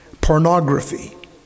pornography